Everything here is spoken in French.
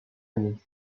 année